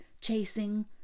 chasing